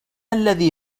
الذي